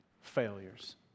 failures